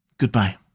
Goodbye